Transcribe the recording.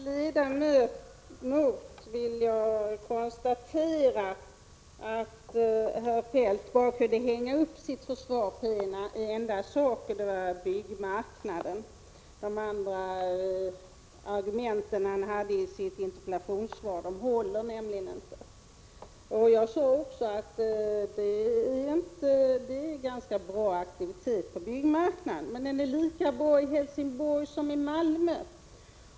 Herr talman! Som moderat ledamot konstaterar jag att herr Feldt hängde upp sitt försvar på en enda sak, och det var byggmarknaden. De andra argumenten i interpellationssvaret håller nämligen inte. Jag sade också att det är ganska bra aktivitet på byggmarknaden, men den är lika bra i Helsingborg som i Malmö.